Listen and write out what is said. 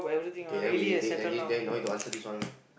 K then we date then you no need to answer this one lah